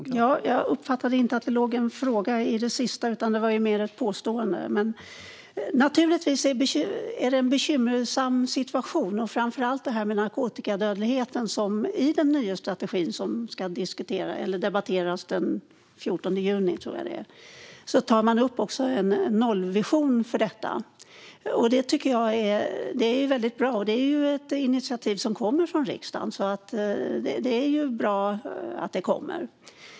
Fru talman! Jag uppfattade inte att det låg en fråga i det sista, utan det var mer av ett påstående. Naturligtvis är det en bekymmersam situation, framför allt det här med narkotikadödligheten. I den nya strategin, som ska debatteras den 14 juni, tror jag att det är, tar man upp en nollvision för detta. Det tycker jag är väldigt bra, och det är ett initiativ som kommer från riksdagen. Det är ju bra att det kommer.